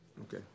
Okay